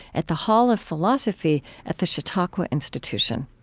at the hall of philosophy at the chautauqua institution